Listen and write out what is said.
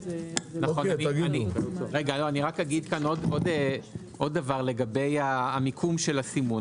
רק אגיד כאן עוד דבר לגבי המיקום של הסימון.